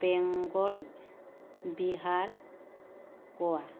Bengal Bihar Goa